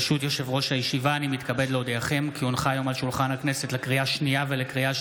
חברי הכנסת, להלן תוצאות ההצבעה: